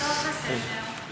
טוב, בסדר.